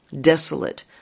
desolate